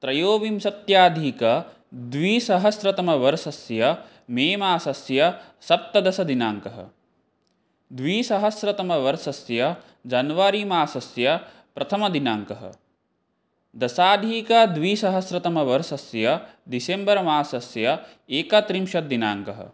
त्रयोविंशत्यधिकद्विसहस्रतमवर्षस्य मेमासस्य सप्तदशदिनाङ्कः द्विसहस्रतमवर्षस्य जन्वरिमासस्य प्रथमदिनाङ्कः दशाधिकद्विसहस्रतमवर्षस्य दिसेम्बर्मासस्य एकत्रिंशत् दिनाङ्कः